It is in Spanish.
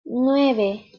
nueve